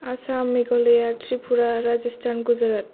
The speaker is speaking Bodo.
आसाम मेघालया त्रिपुरा राजस्तान गुजुरात